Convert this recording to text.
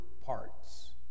parts